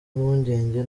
impungenge